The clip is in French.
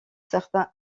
certains